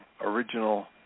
original